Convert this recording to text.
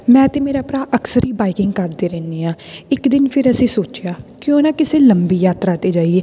ਮੈਂ ਅਤੇ ਮੇਰਾ ਭਰਾ ਅਕਸਰ ਹੀ ਬਾਈਕਿੰਗ ਕਰਦੇ ਰਹਿੰਦੇ ਹਾਂ ਇੱਕ ਦਿਨ ਫਿਰ ਅਸੀਂ ਸੋਚਿਆ ਕਿਉਂ ਨਾ ਕਿਸੇ ਲੰਬੀ ਯਾਤਰਾ 'ਤੇ ਜਾਈਏ